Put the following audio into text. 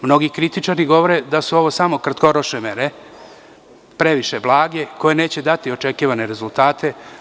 Mnogi kritičari govore da su ovo samo kratkoročne mere, previše blage, koje neće dati očekivane rezultate.